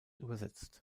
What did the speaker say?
übersetzt